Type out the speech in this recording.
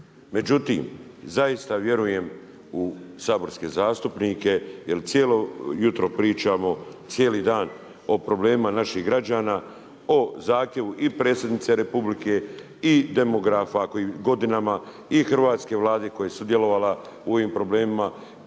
Međutim, zaista vjerujem u saborske zastupnike, jer cijelo jutro pričamo, cijeli dan o problemima naših građana, o zahtjevu i predsjednice Republike i demografa koji godinama i hrvatske Vlade koja je sudjelovala u ovim problemima,